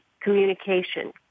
communication